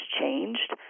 changed